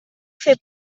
fer